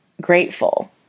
grateful